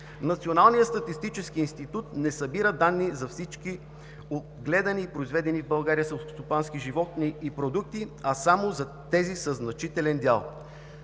Националният статистически институт не събира данни за всички гледани и произведени в България селскостопански животни и продукти, а само за тези със значителен дял.“